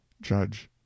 Judge